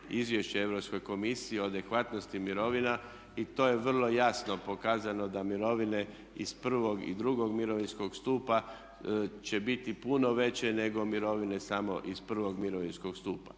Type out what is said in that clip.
izvješće Europskoj komisiji o adekvatnosti mirovina i to je vrlo jasno pokazano da mirovine iz prvog i drugog mirovinskog stupa će biti puno veće nego mirovine samo iz prvog mirovinskog stupa.